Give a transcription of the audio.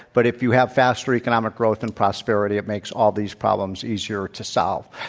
but if you have faster economic growth and prosperity, it makes all these problems easier to solve.